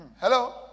Hello